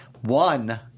one